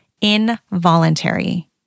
involuntary